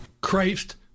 Christ